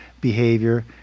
behavior